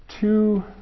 two